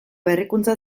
berrikuntza